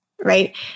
right